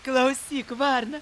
klausyk varna